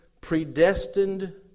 predestined